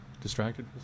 distracted